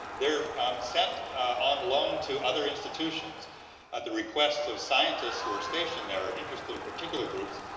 they're sent on loan to other institutions at the request of scientists who are stationed there, interested in particular groups.